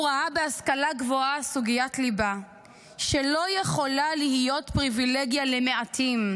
הוא ראה בהשכלה גבוהה סוגיית ליבה שלא יכולה להיות פריבילגיה למעטים.